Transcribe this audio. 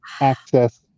access